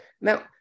now